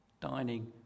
Dining